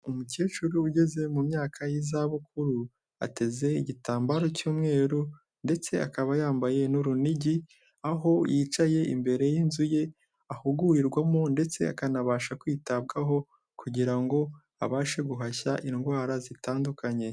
Umukecuru ugeze mu myaka y'izabukuru ateze igitambaro cy'umweru ndetse akaba yambaye n'urunigi aho yicaye imbere y'inzu ye ahugurirwamo ndetse akanabasha kwitabwaho kugira ngo abashe guhashya indwara zitandukanye.